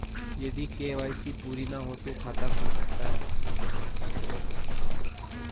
यदि के.वाई.सी पूरी ना हो तो खाता खुल सकता है?